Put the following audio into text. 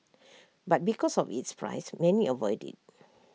but because of its price many avoid IT